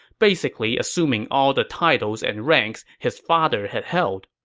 basically assuming all the titles and ranks his father had held.